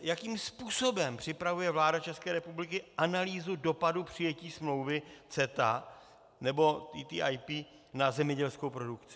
Jakým způsobem připravuje vláda České republiky analýzu dopadu přijetí smlouvy CETA nebo TTIP na zemědělskou produkci?